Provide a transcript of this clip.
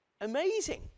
Amazing